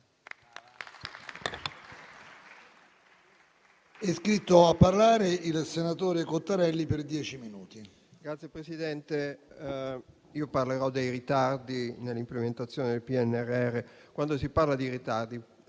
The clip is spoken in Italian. Signor Presidente, parlerò dei ritardi nell'implementazione del PNRR. Quando si parla di ritardi